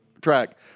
track